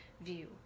view